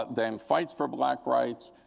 then fights for black rights,